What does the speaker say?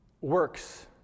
Works